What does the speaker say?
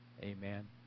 Amen